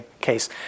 case